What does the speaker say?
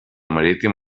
marítim